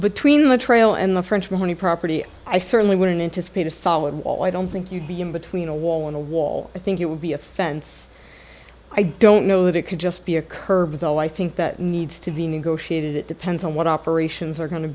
between the trail and the front from any property i certainly wouldn't anticipate a solid wall i don't think you'd be in between a wall and a wall i think it would be a fence i don't know that it could just be a curve though i think that needs to be negotiated it depends on what operations are go